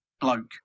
bloke